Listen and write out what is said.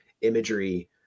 imagery